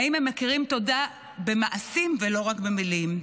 האם הם מכירים תודה במעשים ולא רק במילים?